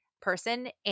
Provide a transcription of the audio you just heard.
person